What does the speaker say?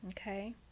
Okay